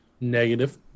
Negative